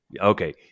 Okay